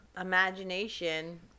imagination